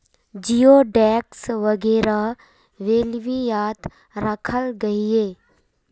जिओडेक्स वगैरह बेल्वियात राखाल गहिये